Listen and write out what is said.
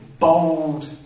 bold